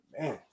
man